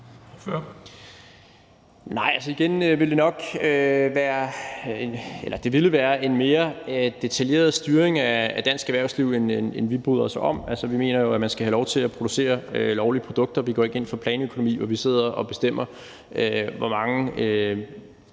Nej. Igen ville det være en mere detaljeret styring af dansk erhvervsliv, end vi bryder os om. Vi mener jo, at man skal have lov til at producere lovlige produkter. Vi går ikke ind for planøkonomi, hvor man sidder og bestemmer, hvor mange